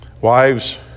Wives